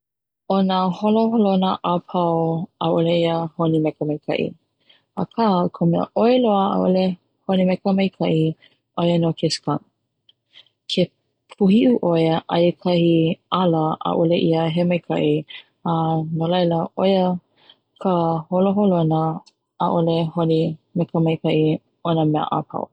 Ona holoholona apau ʻaʻole ia honi me ka maikaʻi aka o ka mea ʻoi loa ʻaʻole honi me ka maikaʻi ʻoia no ka shunk ke puhiʻu ʻoia aia kahi ala ʻaʻole ia he maikaʻi a no laila ʻo ia ka holoholona ʻaʻole honi me ka maikaʻi o na mea apau.